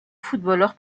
footballeur